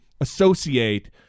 associate